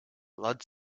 blood